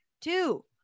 two